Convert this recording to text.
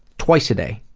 twice a day,